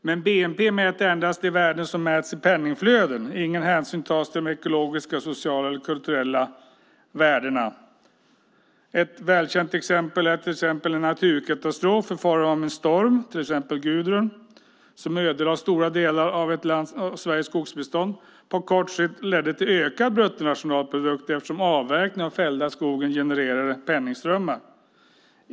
Men bnp mäter endast de värden som mäts i penningflöden. Ingen hänsyn tas till de ekologiska, sociala eller kulturella värdena. Ett välkänt exempel är en naturkatastrof i form av en storm, till exempel Gudrun som ödelade stora delar av Sveriges skogsbestånd. På kort sikt ledde den till ökad bruttonationalprodukt, eftersom avverkningen av den fällda skogen genererade penningströmmar.